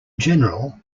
general